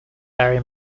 barry